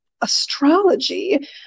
astrology